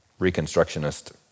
Reconstructionist